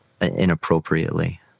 inappropriately